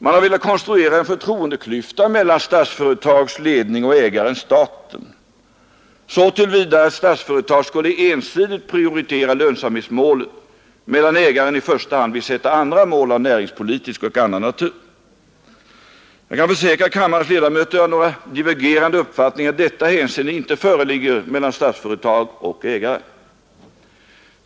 Man har velat konstruera en förtroendeklyfta mellan Statsföretags ledning och ägaren-staten så till vida att Statsföretag skulle ensidigt prioritera lönsamhetsmålen, medan ägaren i första hand vill sätta upp andra mål av näringspolitisk och annan natur. Jag kan försäkra kammarens ledamöter att några divergerande uppfattningar i detta hänseende inte föreligger mellan Statsföretag och ägaren.